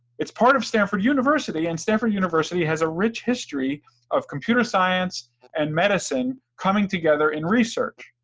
it's part of stanford university, and stanford university has a rich history of computer science and medicine coming together in research,